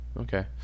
okay